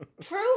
true